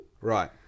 Right